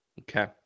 Okay